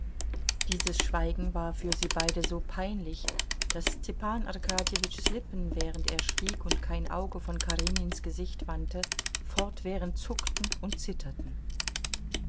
dieses schweigen war für sie beide so peinlich daß stepan arkadjewitschs lippen während er schwieg und kein auge von karenins gesichte verwandte fortwährend zuckten und zitterten